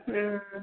ಹ್ಞೂ